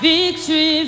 Victory